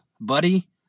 buddy